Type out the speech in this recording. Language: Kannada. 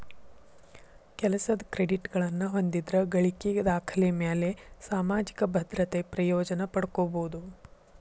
ಕೆಲಸದ್ ಕ್ರೆಡಿಟ್ಗಳನ್ನ ಹೊಂದಿದ್ರ ಗಳಿಕಿ ದಾಖಲೆಮ್ಯಾಲೆ ಸಾಮಾಜಿಕ ಭದ್ರತೆ ಪ್ರಯೋಜನ ಪಡ್ಕೋಬೋದು